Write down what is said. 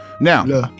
Now